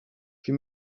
wir